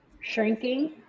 shrinking